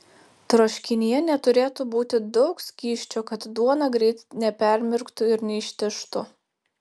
troškinyje neturėtų būti daug skysčio kad duona greit nepermirktų ir neištižtų